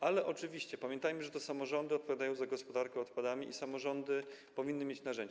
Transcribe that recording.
Ale oczywiście pamiętajmy, że to samorządy odpowiadają za gospodarkę odpadami i samorządy powinny mieć narzędzia.